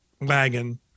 wagon